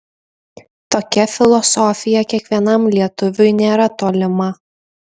tokia filosofija kiekvienam lietuviui nėra tolima